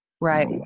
Right